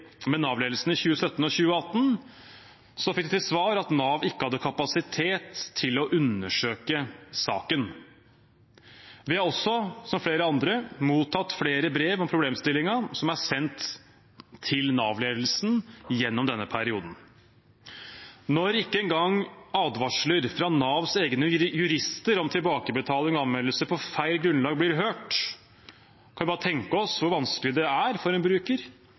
med Nav-ledelsen i 2017 og 2018, fikk de til svar at Nav ikke hadde kapasitet til å undersøke saken. Vi har også, som flere andre, mottatt flere brev om problemstillingen som er sendt til Nav-ledelsen gjennom denne perioden. Når ikke engang advarsler fra Navs egne jurister om tilbakebetaling og anmeldelser på feil grunnlag blir hørt, kan vi bare tenke oss hvor vanskelig det er for en bruker